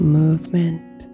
movement